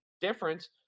difference